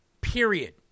period